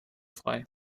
frei